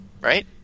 Right